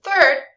third